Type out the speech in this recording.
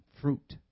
fruit